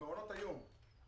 מעונות היום.